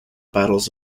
battles